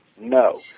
no